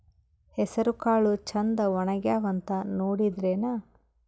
ಹೆಸರಕಾಳು ಛಂದ ಒಣಗ್ಯಾವಂತ ನೋಡಿದ್ರೆನ?